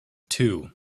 two